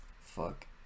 fuck